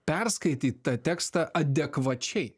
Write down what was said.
perskaityt tą tekstą adekvačiai